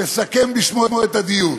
הסמיך אותי לסכם בשמו את הדיון.